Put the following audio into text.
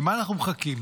למה אנחנו מחכים?